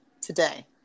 today